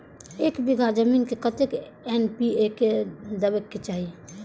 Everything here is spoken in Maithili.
एक बिघा जमीन में कतेक एन.पी.के देबाक चाही?